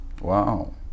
Wow